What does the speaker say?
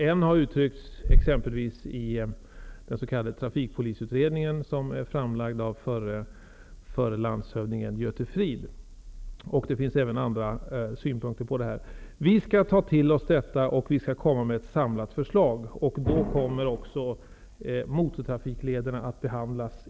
En åsikt har uttryckts i den s.k. trafikpolisutredningen, som har lagts fram av förre landshövdingen Göte Fridh. Det finns även andra synpunkter. Vi skall ta till oss av dessa åsikter och sedan lägga fram ett samlat förslag. Då kommer också förslagen om motortrafiklederna att behandlas.